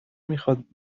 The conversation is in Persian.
میخواد